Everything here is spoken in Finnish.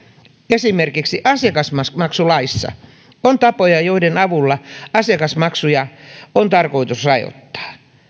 esimerkiksi asiakasmaksulaissa on tapoja joiden avulla asiakasmaksuja on tarkoitus rajoittaa